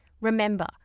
Remember